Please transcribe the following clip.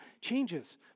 changes